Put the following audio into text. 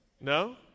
No